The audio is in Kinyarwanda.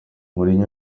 mourinho